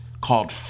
called